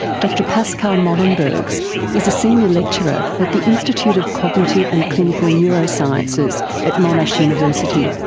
dr pascal molenberghs is a senior lecturer at the institute of cognitive and clinical neurosciences at monash university.